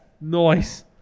Nice